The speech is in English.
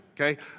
okay